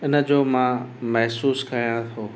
इन जो मां महिसूसु कयां थो